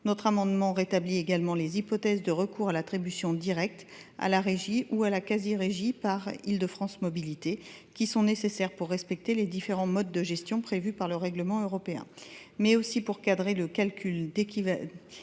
également de rétablir les hypothèses de recours à l’attribution directe, à la régie ou à la quasi régie par Île de France Mobilités, qui sont nécessaires pour respecter les divers modes de gestion prévus par le droit européen, mais aussi pour encadrer le calcul du